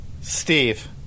Steve